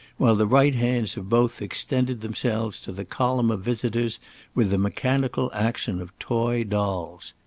while the right hands of both extended themselves to the column of visitors with the mechanical action of toy dolls.